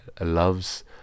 loves